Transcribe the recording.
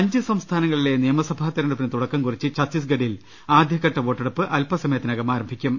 അഞ്ച് സംസ്ഥാനങ്ങളിലെ നിയമസ്പഭാ തെരഞ്ഞെടുപ്പിന് തുടക്കം കുറിച്ച് ഛത്തീസ്ഗഡിൽ ആദ്യഘട്ട വോട്ടെടുപ്പ് അൽപസമയത്തിനകം ആരംഭിക്കും